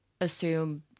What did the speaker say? assume